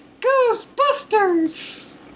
Ghostbusters